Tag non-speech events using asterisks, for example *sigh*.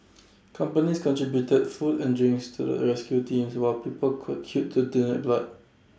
companies contributed food and drinks to the rescue teams while people *unintelligible* queued to donate blood